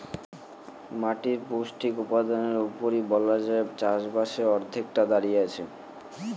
মাটির পৌষ্টিক উপাদানের উপরেই বলা যায় চাষবাসের অর্ধেকটা দাঁড়িয়ে আছে